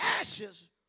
Ashes